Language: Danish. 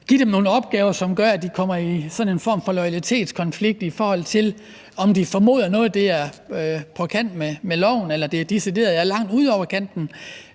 giver nogle opgaver, som gør, at de kommer i sådan en form for loyalitetskonflikt. Hvis de formoder, at noget er på kant med loven, eller om det er decideret langt ude over kanten,